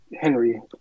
Henry